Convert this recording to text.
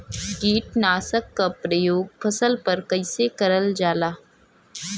कीटनाशक क प्रयोग फसल पर कइसे करल जाला?